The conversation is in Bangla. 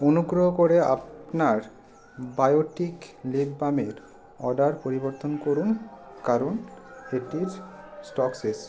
অনুগ্রহ করে আপনার বায়োটিক লিপ বামের অর্ডার পরিবর্তন করুন কারণ এটির স্টক শেষ